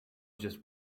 just